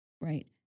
Right